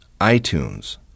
iTunes